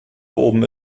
oben